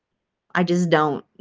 i just don't.